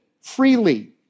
freely